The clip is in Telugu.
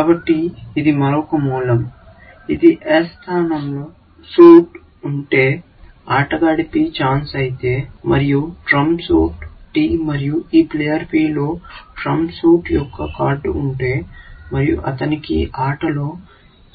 కాబట్టి ఇది మరొక మూలం ఇది S స్థానంలో సూట్ ఉంటే ఆటగాడి P ఛాన్స్ అయితే మరియు ట్రంప్ సూట్ T మరియు ఈ ప్లేయర్ P లో ట్రంప్ సూట్ యొక్క కార్డు ఉంటే మరియు అతనికి ఆటలో